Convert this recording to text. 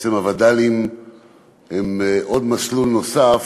בעצם הווד"לים הם מסלול נוסף,